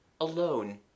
alone